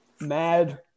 mad